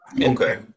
Okay